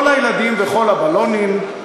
כל הילדים וכל הבלונים,